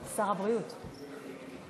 שר הבריאות לעתיד.